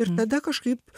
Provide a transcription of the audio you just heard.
ir tada kažkaip